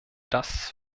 das